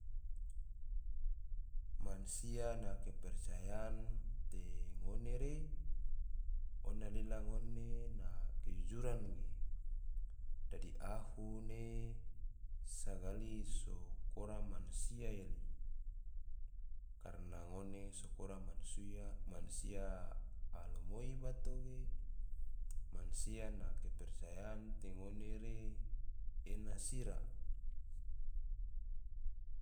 Mansia na kepercayaan te ngone re, ona lila ngone na kejujuran ge, dadi ahu ne sagali so kora mansia yali, karna ngone so kora mansia alamoi bato ge, mansia na kepercayaan te ngone re ena sira